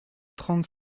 trente